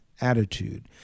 attitude